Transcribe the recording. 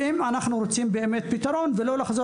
במידה ואנחנו רוצים באמת פתרון ולא לחזור